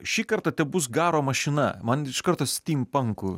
šįkart tebus garo mašina man iš karto stympanku